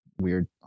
weird